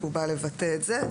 הוא בא לבטא את זה.